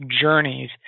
journeys